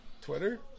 Twitter